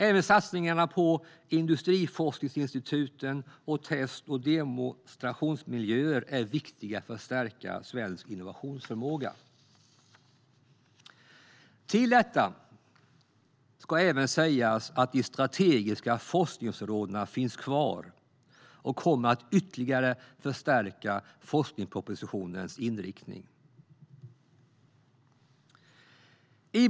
Även satsningarna på industriforskningsinstituten samt test och demonstrationsmiljöer är viktiga för att stärka svensk innovationsförmåga. Till detta ska även läggas att de strategiska forskningsområdena finns kvar och kommer att förstärka forskningspropositionens inriktning ytterligare.